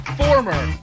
former